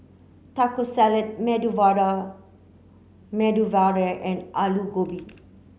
Taco Salad Medu Vada Medu Vada and Alu Gobi